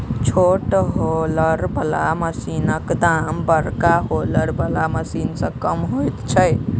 छोट हौलर बला मशीनक दाम बड़का हौलर बला मशीन सॅ कम होइत छै